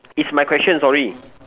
is my question sorry